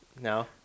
No